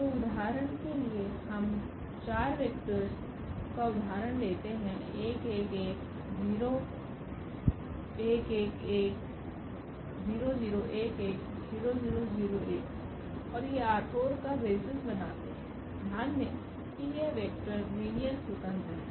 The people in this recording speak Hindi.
तो उदाहरण के लिए हम 4वेक्टर्स का उदाहरण लेते हैं 1111𝑇 0111𝑇 0011𝑇 0001𝑇 और ये R4 का बेसिस बनाते हैं ध्यान दें कि यह वेक्टर लीनियर स्वतंत्र हैं